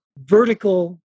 vertical